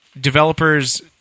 developers